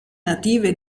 native